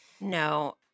No